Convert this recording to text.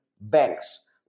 banks